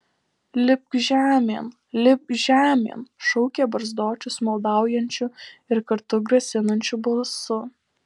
lipk žemėn lipk žemėn šaukė barzdočius maldaujančiu ir kartu grasinančiu balsu